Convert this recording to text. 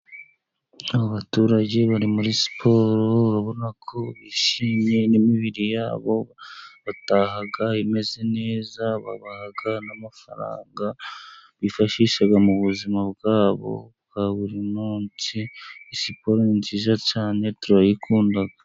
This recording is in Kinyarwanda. Abo abaturage bari muri siport. Urabona ko bishimiye n'imibiri yabo bataha imeze neza. Babaha n'amafaranga bifashisha mu buzima bwabo bwa buri munsi. Sport ni nziza cyane turayikunda.